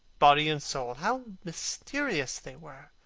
body and soul how mysterious they were!